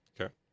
Okay